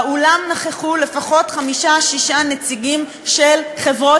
באולם נכחו לפחות חמישה-שישה נציגים של חברות